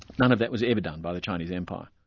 none of that was ever done by the chinese empire.